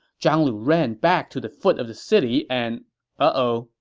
zhang lu ran back to the foot of the city and, ah oh,